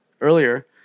earlier